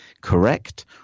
correct